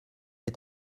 est